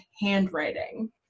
handwriting